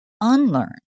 unlearn